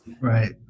Right